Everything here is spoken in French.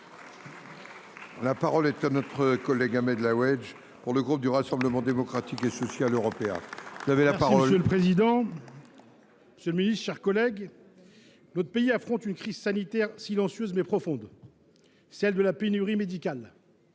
La parole est à notre collègue Ahmed Lawedge pour le groupe du Rassemblement démocratique et social européen. Merci Monsieur le Président. le Président. Monsieur le Ministre, chers collègues, notre pays affronte une crise sanitaire silencieuse mais profonde, celle de la pénurie médicale.